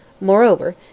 Moreover